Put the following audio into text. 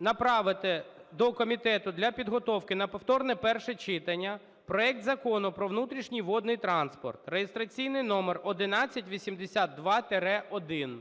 направити до комітету для підготовки на повторне перше читання проект Закону про внутрішній водний транспорт, (реєстраційний номер 1182-1).